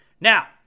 Now